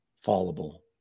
Fallible